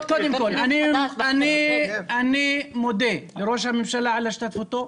אני מודה לראש הממשלה על השתתפותו.